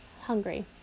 Hungry